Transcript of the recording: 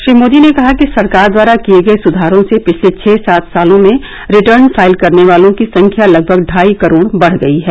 श्री मोदी ने कहा कि सरकार द्वारा किए गए सुधारों से पिछले छह सात सालों में रिटर्न फाइल करने वालों की संख्या लगभग ढाई करोड बढ़ गयी है